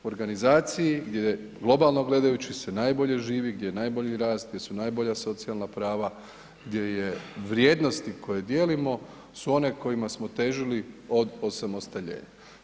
Organizaciji gdje je globalno gledajući se najbolje živi, gdje je najbolji rast, gdje su najbolja socijalna prava, gdje je vrijednosti koje dijelimo su one kojima smo težili od osamostaljenja.